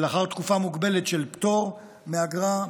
לאחר תקופה מוגבלת של פטור מאגרה,